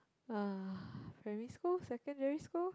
uh primary school secondary school